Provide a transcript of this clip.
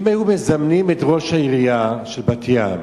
אם היו מזמנים את ראש העירייה של בת-ים,